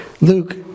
Luke